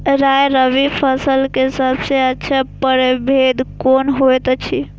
राय रबि फसल के सबसे अच्छा परभेद कोन होयत अछि?